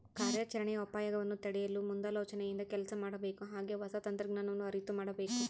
ಕಾರ್ಯಾಚರಣೆಯ ಅಪಾಯಗವನ್ನು ತಡೆಯಲು ಮುಂದಾಲೋಚನೆಯಿಂದ ಕೆಲಸ ಮಾಡಬೇಕು ಹಾಗೆ ಹೊಸ ತಂತ್ರಜ್ಞಾನವನ್ನು ಅರಿತು ಮಾಡಬೇಕು